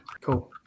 Cool